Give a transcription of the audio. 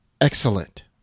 excellent